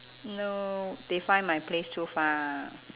no they find my place too far